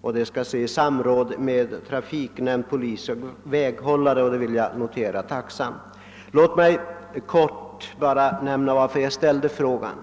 och att detta skall ske i samråd med trafiknämnd, polis och väghållare. Detta noterar jag tacksamt. | Låt mig kortfattat redovisa varför jag ställde frågan!